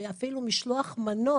שאפילו משלוח מנות,